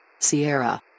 Sierra